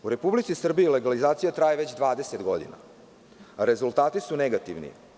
U Republici Srbiji legalizacija traje već 20 godina, rezultati su negativni.